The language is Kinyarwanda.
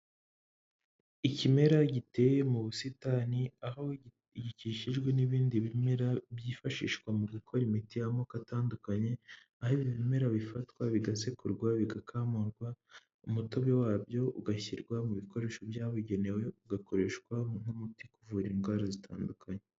Ikimera giteye mu busitani aho gikikijwe n'ibindi bimera byifashishwa mu gukora imiti y'amoko atandukanye, aho ibi bimera bifatwa bigasekurwa bigakamurwa; umutobe wabyo ugashyirwa mu bikoresho byabugenewe ugakoreshwa mu buryo bwo kuvura indwara zitandukanye.